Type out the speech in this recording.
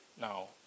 now